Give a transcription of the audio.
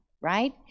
right